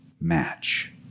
match